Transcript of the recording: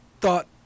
thought